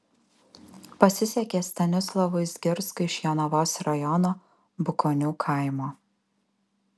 pasisekė stanislovui zgirskui iš jonavos rajono bukonių kaimo